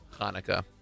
Hanukkah